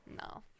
no